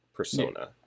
persona